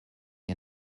you